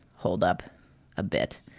hold up a bit.